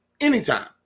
anytime